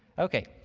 okay.